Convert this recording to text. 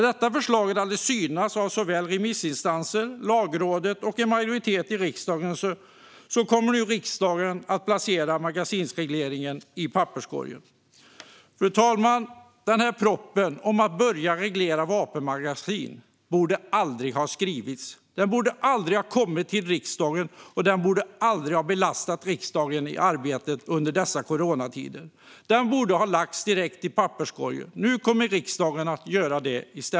Sedan förslaget synats av remissinstanser, Lagrådet och en majoritet i riksdagen kommer riksdagen nu att placera magasinsregleringen i papperskorgen. Fru talman! Denna proposition om att börja reglera vapenmagasin borde aldrig ha skrivits. Den borde aldrig ha kommit till riksdagen, och den borde aldrig ha belastat riksdagens arbete under dessa coronatider. Den borde ha lagts direkt i papperskorgen. Nu kommer i stället riksdagen att göra det.